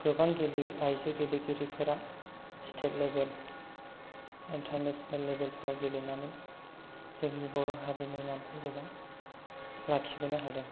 गोबां गेले आइजो गेलेगिरिफोरा स्टेट लेबल इन्टारनेसनेल लेबेलफोराव गेलेनानै जोंनि बर' हारिनि नामखौ गोबां लाखिबोनो हादों